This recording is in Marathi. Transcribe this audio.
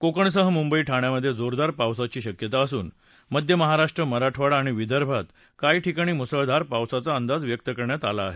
कोकणसह मुंबई ठाण्यामध्ये जोरदार पावसाची शक्यता असून मध्य महाराष्ट्र मराठवाडा आणि विदर्भात काही ठिकाणी मुसळधार पावसाचा अंदाज व्यक्त करण्यात आला आहे